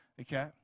okay